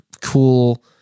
cool